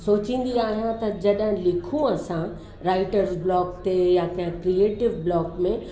सोचींदी आहियां त जॾहिं लिखूं असां राइटर्स ब्लॉक ते या कंहिं क्रिएटिव ब्लॉक में